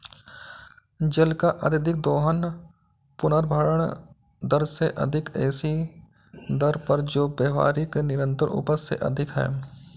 जल का अत्यधिक दोहन पुनर्भरण दर से अधिक ऐसी दर पर जो व्यावहारिक निरंतर उपज से अधिक है